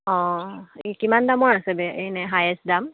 অঁ এই কিমান দামৰ আছে এনে হায়েষ্ট দাম